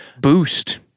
boost